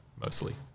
Mostly